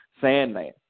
Sandman